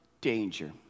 danger